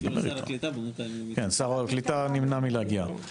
שר הקליטה נמנע מלהגיע.